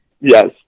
Yes